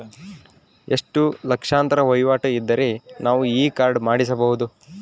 ಎಷ್ಟು ಲಕ್ಷಾಂತರ ವಹಿವಾಟು ಇದ್ದರೆ ನಾವು ಈ ಕಾರ್ಡ್ ಮಾಡಿಸಬಹುದು?